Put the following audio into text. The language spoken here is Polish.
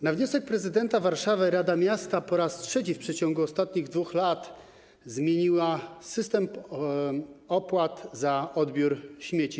Na wniosek prezydenta Warszawy rada miasta po raz trzeci w przeciągu ostatnich 2 lat zmieniła system opłat za odbiór śmieci.